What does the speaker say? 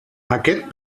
aquest